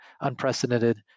unprecedented